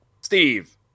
Steve